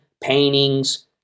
paintings